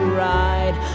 ride